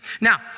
Now